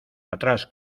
atrás